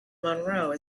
monroe